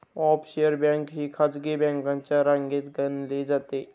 offshore bank ही खासगी बँकांच्या रांगेत गणली जाते